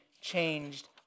changed